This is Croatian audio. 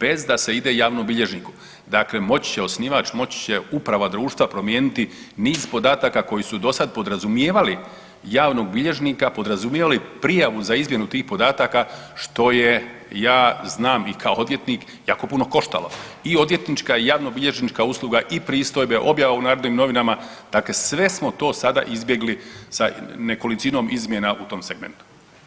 bez da se ide javnom bilježniku dakle moći će osnivač, moći će uprava društva promijeniti niz podataka koji su dosad podrazumijevali javnog bilježnika, podrazumijevali prijavu za izmjenu tih podataka, što je ja znam i kao odvjetnik jako puno koštalo, i odvjetnička i javnobilježnička usluga i pristojbe i objava u Narodnim novinama, dakle sve smo to sada izbjegli sa nekolicinom izmjena u tom segmentu.